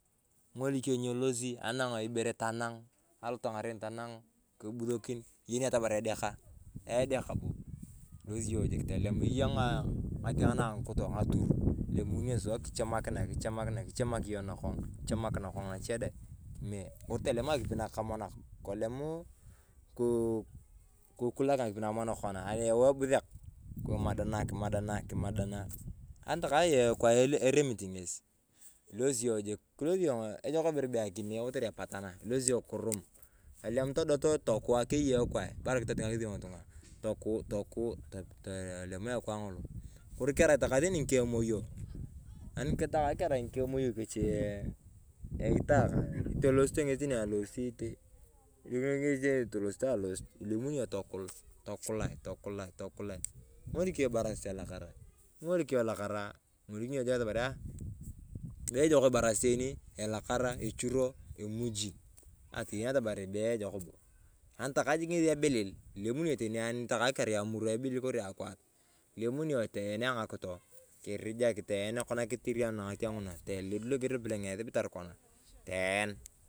Ing'olik yong ninilosi, anang ibere tanang alot ng’aven tanang kibusokin toyen yong atamari ejeka. Ejekaa boo, ilosi yong jik eyaa ng’ating na ang’ikitoo ng’atur. Elemunio sua kichamakin ae, kichamak yong nakdong, nakdong nache dee. Kori tolem ng’akipi na kaamonak, tolemunae kuu kakulak ng'akipi nakamonak kona, yau ibuseak, kimadana kimadana kimadana. Anitaa arae ekwae eremit ng'esi, ilosi yong jik, ilosi yong ooh ejok ibere bee akinee kotere epatana. Ilosi yong kirum, tolem todotoo ekwae keyei ekwae baraa kitoting’akis ng’itung'a, tokuu tokuu tolemunea ekwae ng’olo. Kori kerai tokae ng’imuyo, anitakae arai ng’ikemoyo ng’esi eitakaa iteng’erito ng’esi alosit. Ilemuni yong tokul tokulaa tokulae. Ing'olik yong ibarasit elakara ing’olik yong elakaraa toyen yong jik atamaria bee ejok ibarasit eeni elakaraa, ichuro, imuji toyen atamari bee ejou boo. Ani takae jik ng’esi ebilil ilimuni yong teni kerai amuroo ebilil kori akwaar ilemuni yong toen ang’akitoo kirijak toen kona kirijak loger lopelem esibitar konaa toeen.